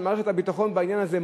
של מערכת הביטחון בעניין הזה,